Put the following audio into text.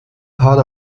part